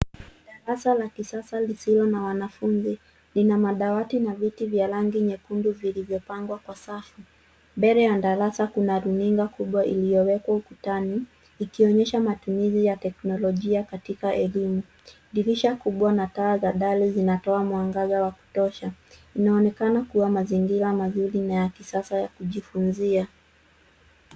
Darasa la kisasa lisilo na wanafunzi, lina madawati na viti vya rangi nyekundu vilivyopangwa kwa safu. Mbele ya darasa kuna runinga kubwa iliyowekwa ukutani, ikionyesha matumizi ya teknolojia katika elimu. Dirisha kubwa na taa za ndani zinatoa mwangaza wa kutosha. Inaonekana kuwa mazingira mazuri na ya kisasa ya kujifunzia.